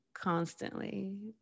constantly